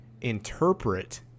interpret